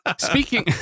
speaking